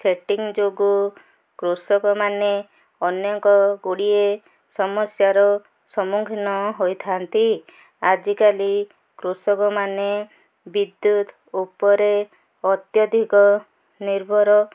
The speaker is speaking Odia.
ସେଟିଂ ଯୋଗୁଁ କୃଷକ ମାନେ ଅନେକ ଗୁଡ଼ିଏ ସମସ୍ୟାର ସମ୍ମୁଖୀନ ହୋଇଥାନ୍ତି ଆଜିକାଲି କୃଷକ ମାନେ ବିଦ୍ୟୁତ ଉପରେ ଅତ୍ୟଧିକ ନିର୍ଭର